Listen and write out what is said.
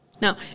Now